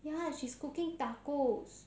ya she's cooking tacos